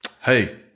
Hey